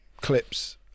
clips